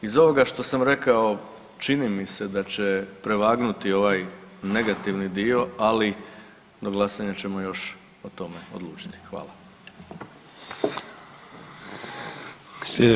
Iz ovoga što sam rekao čini mi se da će prevagnuti ovaj negativni dio, ali do glasanja ćemo još o tome odlučiti.